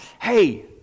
Hey